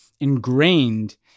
ingrained